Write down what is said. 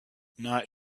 night